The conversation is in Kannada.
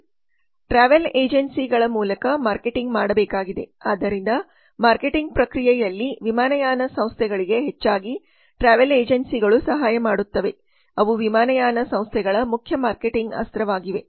ಟ್ರಾವೆಲ್ ಏಜೆನ್ಸಿಗಳ ಮೂಲಕ ಮಾರ್ಕೆಟಿಂಗ್ ಮಾಡಬೇಕಾಗಿದೆ ಆದ್ದರಿಂದ ಮಾರ್ಕೆಟಿಂಗ್ ಪ್ರಕ್ರಿಯೆಯಲ್ಲಿ ವಿಮಾನಯಾನ ಸಂಸ್ಥೆಗಳಿಗೆ ಹೆಚ್ಚಾಗಿ ಟ್ರಾವೆಲ್ ಏಜೆನ್ಸಿಗಳು ಸಹಾಯ ಮಾಡುತ್ತವೆ ಅವು ವಿಮಾನಯಾನ ಸಂಸ್ಥೆಗಳ ಮುಖ್ಯ ಮಾರ್ಕೆಟಿಂಗ್ ಅಸ್ತ್ರವಾಗಿವೆ